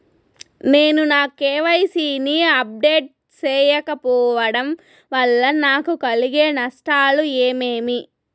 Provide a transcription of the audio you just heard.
నేను నా కె.వై.సి ని అప్డేట్ సేయకపోవడం వల్ల నాకు కలిగే నష్టాలు ఏమేమీ?